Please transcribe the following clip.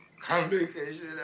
complication